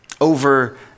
over